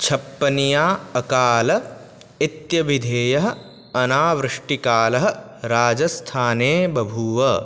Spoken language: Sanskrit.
छप्पनिया अकालः इत्यविधेयः अनावृष्टिकालः राजस्थाने बभूव